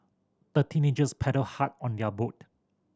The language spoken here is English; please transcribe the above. the teenagers paddled hard on their boat